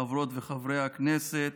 חברות וחברי הכנסת,